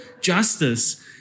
justice